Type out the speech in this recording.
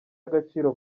agaciro